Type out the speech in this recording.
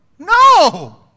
No